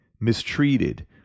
mistreated